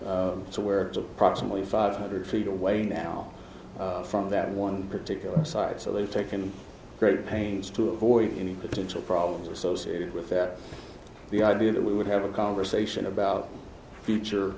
center so where approximately five hundred feet away now from that one particular site so they've taken great pains to avoid any potential problems associated with that the idea that we would have a conversation about future